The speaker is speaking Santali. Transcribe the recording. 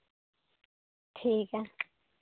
ᱴᱷᱤᱠᱜᱮᱭᱟ